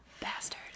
Bastard